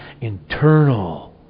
internal